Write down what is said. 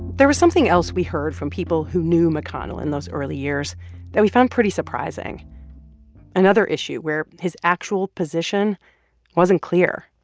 there was something else we heard from people who knew mcconnell in those early years that we found pretty surprising another issue where his actual position wasn't clear.